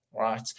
right